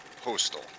Postal